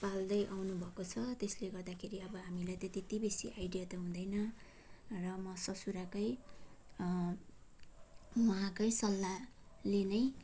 पाल्दै आउनु भएको छ त्यसले गर्दाखेरि अब हामीलाई त त्यति बेसी आइडिया त हुँदैन र म ससुराकै उहाँकै सल्लाहले नै